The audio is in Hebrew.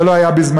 זה לא היה בזמני,